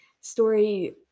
story